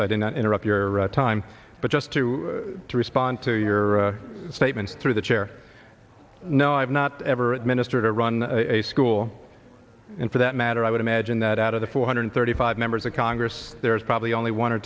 as i did not interrupt your time but just to respond to your statement through the chair no i've not ever administered a run a school and for that matter i would imagine that out of the four hundred thirty five members of congress there is probably only one or